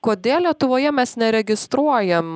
kodėl lietuvoje mes neregistruojam